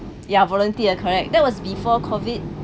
ya volunteer correct that was before COVID